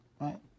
Right